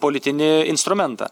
politinį instrumentą